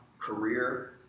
career